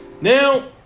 Now